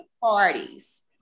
parties